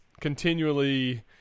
continually